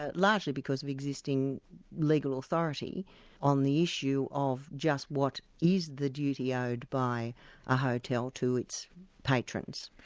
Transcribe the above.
ah largely because of existing legal authority on the issue of just what is the duty owed by a hotel to its patrons.